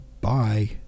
Bye